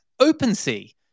OpenSea